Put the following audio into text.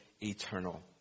eternal